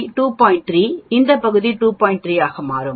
3 ஆகும்